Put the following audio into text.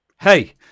Hey